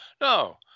No